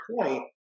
point